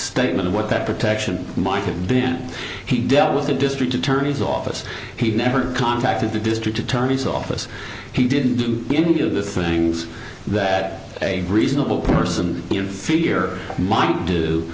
statement of what that protection might have been he dealt with the district attorney's office he never contacted the district attorney's office he didn't do any of the things that a reasonable person in fear mi